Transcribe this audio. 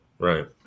Right